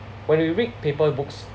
when we read paper books